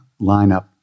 lineup